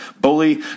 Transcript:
bully